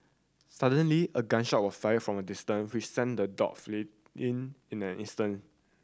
suddenly a gun shot was fired from a distance which sent the dog fled in in an instant